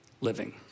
living